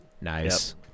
Nice